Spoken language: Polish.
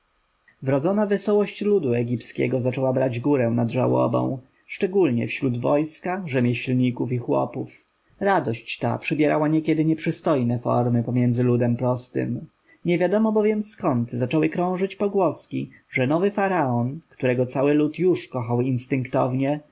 wrodzona wesołość ludu egipskiego zaczęła brać górę nad żałobą szczególniej wśród wojska rzemieślników i chłopów radość ta przybierała niekiedy nieprzystojne formy pomiędzy ludem prostym niewiadomo bowiem skąd zaczęły krążyć pogłoski że nowy faraon którego cały lud już kochał instynktownie